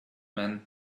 men